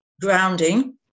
grounding